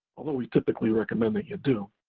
although we typically recommend that you do.